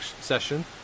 session